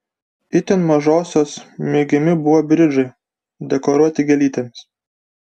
itin mažosios mėgiami buvo bridžiai dekoruoti gėlytėmis